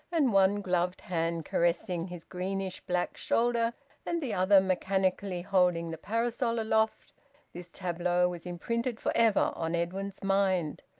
and one gloved hand caressing his greenish-black shoulder and the other mechanically holding the parasol aloft this tableau was imprinted for ever on edwin's mind.